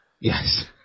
Yes